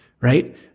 Right